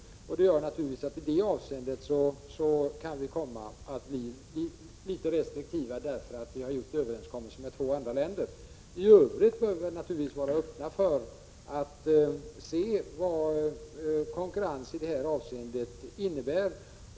Här kan vi alltså bli litet restriktiva, eftersom Sverige har träffat överenskommelser med två andra länder. I övrigt bör vi naturligtvis vara öppna för att se efter vad konkurrens i det här avseendet innebär.